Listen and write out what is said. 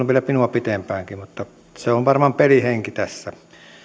vielä minua pitempäänkin mutta se on varmaan pelin henki tässä